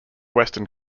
western